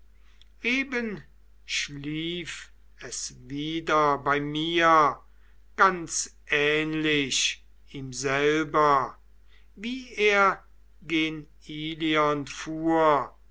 eben schlief es wieder bei mir ganz ähnlich ihm selber wie er gen ilion fuhr